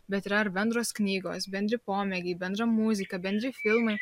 bet yra ar bendros knygos bendri pomėgiai bendra muzika bendri filmai